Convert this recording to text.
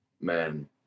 man